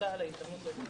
תודה על ההזדמנות לדבר